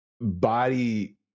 body